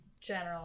general